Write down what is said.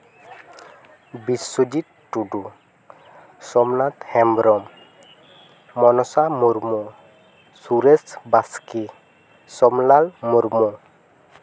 Biswajit Tudu Somnath Hembrom Mansa Murmu Suresh Baske Somlal Murmu